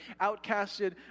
outcasted